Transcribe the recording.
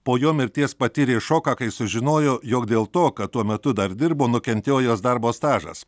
po jo mirties patyrė šoką kai sužinojo jog dėl to kad tuo metu dar dirbo nukentėjo jos darbo stažas